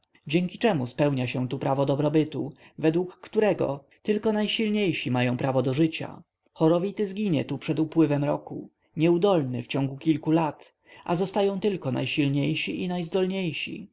dzięki czemu spełnia się tu prawo doboru wedle którego tylko najsilniejsi mają prawo do życia chorowity zginie tu przed upływem roku nieudolny w ciągu kilku lat a zostają tylko najsilniejsi i